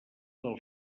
del